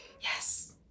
Yes